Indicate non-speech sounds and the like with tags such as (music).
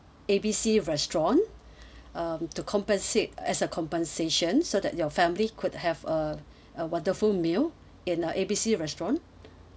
A B C restaurant (breath) um to compensate as a compensation so that your family could have a (breath) a wonderful meal in uh A B C restaurant